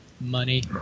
money